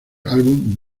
álbum